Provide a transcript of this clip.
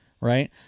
right